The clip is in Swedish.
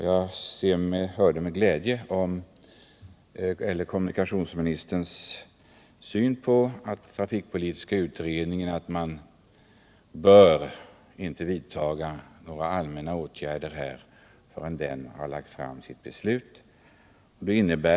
Jag hörde med glädje kommunikationsministerns uppfattning att man inte bör vidta några allmänna åtgärder förrän trafikpolitiska utredningen har lagt fram sitt betänkande.